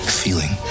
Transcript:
feeling